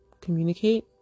communicate